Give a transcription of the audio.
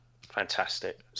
Fantastic